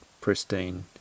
pristine